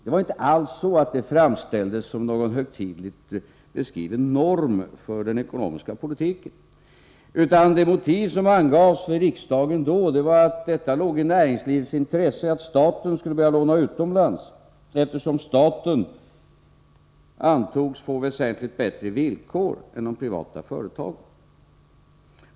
Den framställdes inte alls som någon högtidligt beskriven norm för den ekonomiska politiken, utan det motiv som angavs för riksdagen då var att det låg i näringslivets intresse att staten skulle låna utomlands, eftersom staten antogs få väsentligt bättre villkor än de privata företagen.